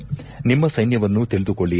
ನಿಮ್ಮ ಸೈನ್ಯವನ್ನು ತಿಳಿದುಕೊಳ್ಳ